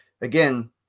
again